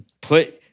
put